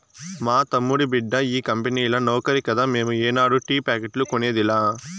మా తమ్ముడి బిడ్డ ఈ కంపెనీల నౌకరి కదా మేము ఏనాడు టీ ప్యాకెట్లు కొనేదిలా